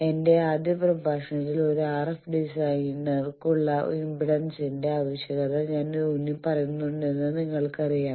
എന്റെ ആദ്യ പ്രഭാഷണത്തിൽ ഒരു RF ഡിസൈനർക്കുള്ള ഇംപെഡൻസിന്റെ ആവശ്യകത ഞാൻ ഊന്നിപ്പറഞ്ഞിട്ടുണ്ടെന്ന് നിങ്ങൾക്കറിയാം